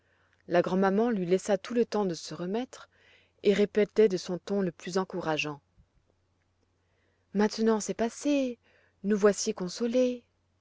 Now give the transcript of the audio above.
la grand'maman lui laissa tout le temps de se remettre et répétait de son ton le plus encourageant maintenant c'est passé nous voici consolée